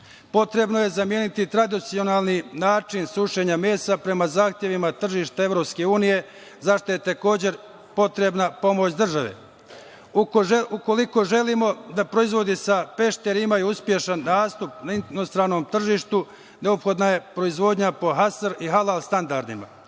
tržišta. Potrebno je zameniti tradicionalni način sušenja mesa prema zahtevima tržišta EU, zašta je takođe potrebna pomoć države. Ukoliko želimo da proizvodi sa Pešteri imaju uspešan nastup na inostranom tržištu neophodna je proizvodnja po Hasap i Halal standardima,